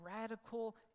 radical